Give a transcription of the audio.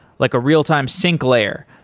like a real-time sync layer,